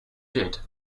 did